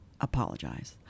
apologize